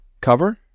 cover